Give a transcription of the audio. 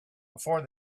before